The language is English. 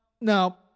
no